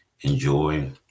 enjoy